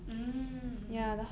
mm mm